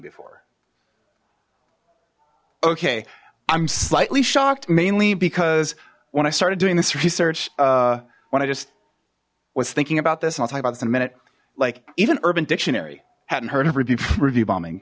before okay i'm slightly shocked mainly because when i started doing this research when i just was thinking about this and i'll talk about this in a minute like even urban dictionary hadn't heard of review review bombing